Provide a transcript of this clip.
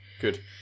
good